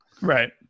Right